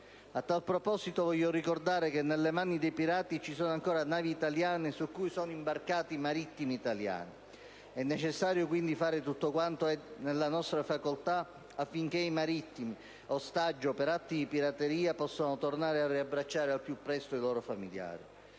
A tale proposito, voglio ricordare che nelle mani dei pirati ci sono ancora navi italiane su cui sono imbarcati marittimi italiani. È necessario quindi fare tutto quanto è nella nostra facoltà affinché i marittimi, ostaggio per atti di pirateria, possano tornare a riabbracciare al più presto i loro familiari.